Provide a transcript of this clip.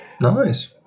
Nice